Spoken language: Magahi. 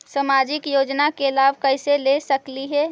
सामाजिक योजना के लाभ कैसे ले सकली हे?